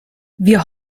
wir